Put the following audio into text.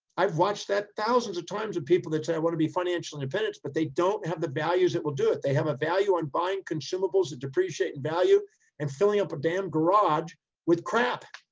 i've watched that thousands of times with people that said, i want to be financial independent but they don't have the values that will do it. they have a value on buying consumables that depreciate in value and filling up a damn garage with crap